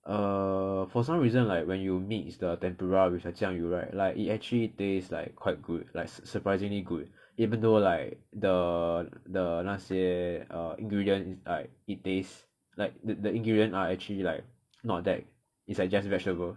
err for some reason like when you mix the tempura with your 酱油 right like it actually tastes like quite good like surprisingly good even though like the the 那些 err ingredient is like it it tastes like the the ingredients are actually like not bad it's like just vegetable